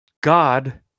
God